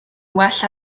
well